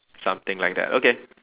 something like that okay